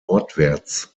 nordwärts